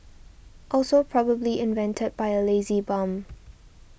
also probably invented by a lazy bum